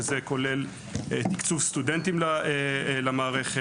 זה כולל תקצוב סטודנטים למערכת.